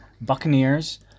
Buccaneers